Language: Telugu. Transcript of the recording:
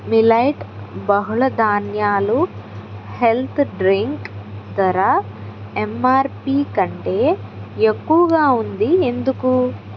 మిల్లెట్ బహుళధాన్యాలు హెల్త్ డ్రింక్ ధర ఎంఆర్పి కంటే ఎక్కువగా ఉంది ఎందుకు